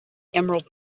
emerald